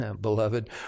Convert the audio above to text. Beloved